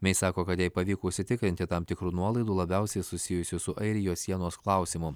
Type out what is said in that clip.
mei sako kad jai pavyko užsitikrinti tam tikrų nuolaidų labiausiai susijusių su airijos sienos klausimu